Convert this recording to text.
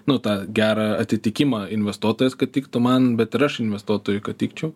nu tą gerą atitikimą investuotojas kad tiktų man bet ir aš investuotojui kad tikčiau